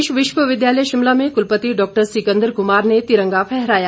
प्रदेश विश्वविद्यालय शिमला में कुलपति डॉक्टर सिकंदर कुमार ने तिरंगा फहराया